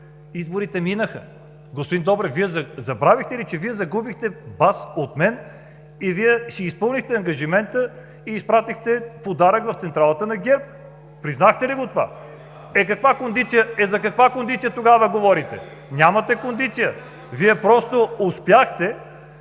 Изборите минаха. Господин Добрев, Вие забравихте ли, че Вие загубихте бас с мен. Вие си изпълнихте ангажимента и изпратихте подарък в централата на ГЕРБ. Признахте ли го това? Е, за каква кондиция тогава говорите? Нямате кондиция! (Реплики от